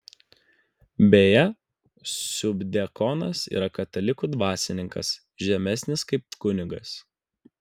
beje subdiakonas yra katalikų dvasininkas žemesnis kaip kunigas